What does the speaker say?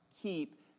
keep